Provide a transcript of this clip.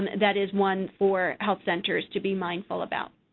that is one for health centers to be mindful about.